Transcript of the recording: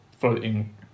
floating